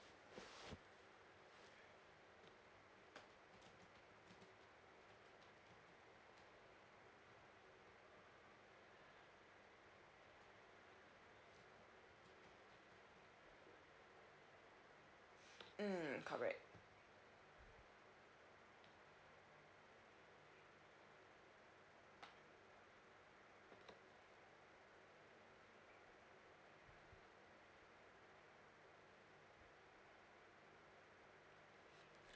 mm correct